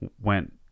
went